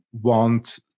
want